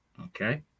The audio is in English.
Okay